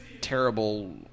terrible